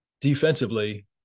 defensively